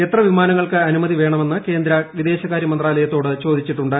എത്ര വിമാനങ്ങൾക്ക് അനുമതി വേണമെന്ന് കേന്ദ്ര വിദേശകാര്യ മന്ത്രാല്യ്യത്തോട് ചോദിച്ചിട്ടുണ്ട്